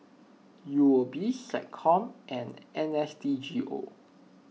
U O B SecCom and N S D G O